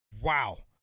wow